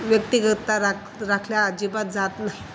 व्यक्तिगतता राख राखली अजिबात जात नाही